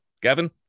Gavin